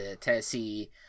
Tennessee